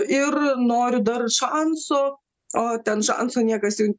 ir noriu dar šanso o ten šanso niekas jau